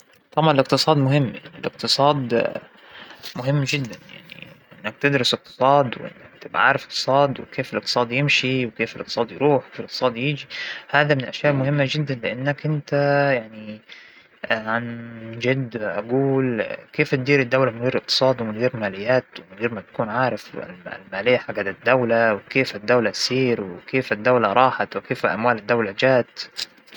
الأدب هو من الأشياء الأساسية اللى تدل على إزدهار ورقى الامم، إنه كيف بنعرف أنه هاى الدولة وهاى الأمة عندها حصيلة لغوية أو عندها ثروة أدبية أو أو نعرف تاريخها، لازم يكون الأدب قاصص قصص كثيرة فهاى المواضيع، إنه ما بنتركها هكذا لآزم ندرس الأدب.